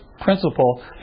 principle